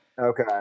Okay